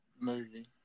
movie